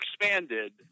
expanded